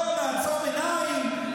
בוא נעצום עיניים,